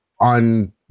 on